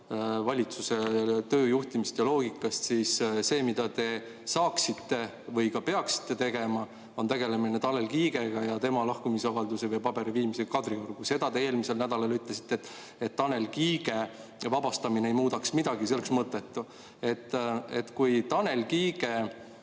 valitsuse töö juhtimisest ja loogikast, siis see, mida te saaksite teha või peaksite tegema, on tegelemine Tanel Kiigega. Tema lahkumisavaldus tuleks Kadriorgu viia. Te aga eelmisel nädalal ütlesite, et Tanel Kiige vabastamine ei muudaks midagi, see oleks mõttetu. Kui Tanel Kiige